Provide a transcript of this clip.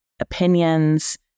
opinions